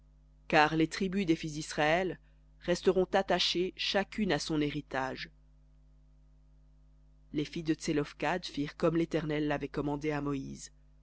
car les tribus des fils d'israël resteront attachées chacune à son héritage les filles de tselophkhad firent comme l'éternel l'avait commandé à moïse